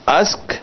ask